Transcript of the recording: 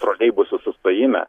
troleibusų sustojime